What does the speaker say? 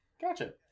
gotcha